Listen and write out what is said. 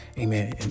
Amen